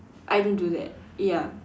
I don't do that ya